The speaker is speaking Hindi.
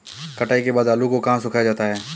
कटाई के बाद आलू को कहाँ सुखाया जाता है?